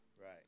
right